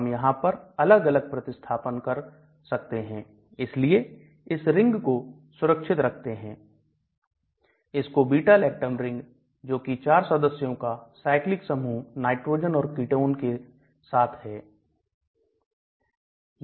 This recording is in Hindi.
हम यहां पर अलग अलग प्रतिस्थापन कर सकते हैं लेकिन इस रिंग को सुरक्षित रहते हैं इसको beta lactam रिंग जोकि 4 सदस्यों का साइक्लिक समूह नाइट्रोजन और कीटोन के साथ है